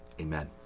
Amen